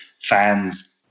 fans